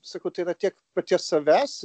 sakau tai yra tiek paties savęs